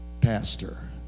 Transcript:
Pastor